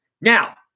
Now